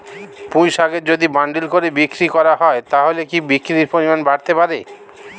পুঁইশাকের যদি বান্ডিল করে বিক্রি করা হয় তাহলে কি বিক্রির পরিমাণ বাড়তে পারে?